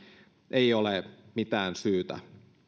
ei ole mitään syytä itse